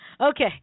Okay